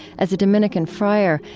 as a dominican friar,